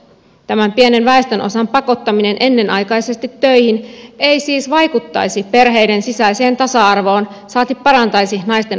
tämän pienen väestönosan pakottaminen ennenaikaisesti töihin ei siis vaikuttaisi perheiden sisäiseen tasa arvoon saati parantaisi naisten asemaa työelämässä